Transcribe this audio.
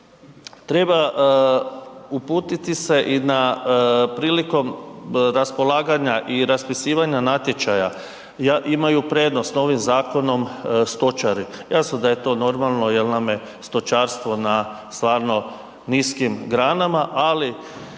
treba uputiti se i na prilikom raspolaganja i raspisivanja natječaja imaju prednost ovim zakonom stočari, jasno da je to normalno jel nam je stočarstvo na stvarno niskim granama, ali